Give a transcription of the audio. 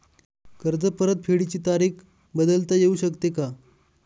कर्ज परतफेडीची तारीख बदलता येऊ शकते का?